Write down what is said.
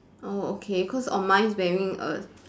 oh okay cause on mine he's wearing a